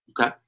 Okay